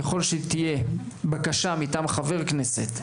ככל שתהיה בקשה מטעם חבר כנסת,